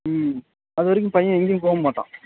ம் அதுவரைக்கும் பையன் எங்கேயும் போ மாட்டான்